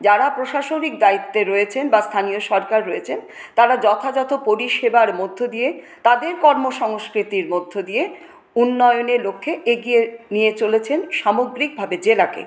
যারা প্রশাসনিক দায়িত্বে রয়েছেন বা স্থানীয় সরকার রয়েছেন তারা যথাযথ পরিষেবার মধ্য দিয়ে তাদের কর্ম সংস্কৃতির মধ্য দিয়ে উন্নয়নের লক্ষ্যে এগিয়ে নিয়ে চলেছেন সামগ্রিকভাবে জেলাকে